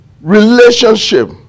relationship